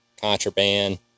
contraband